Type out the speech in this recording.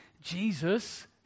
Jesus